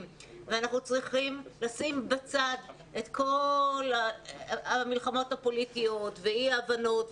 ואנחנו צריכים לשים בצד את כל המלחמות הפוליטיות ואי-ההבנות.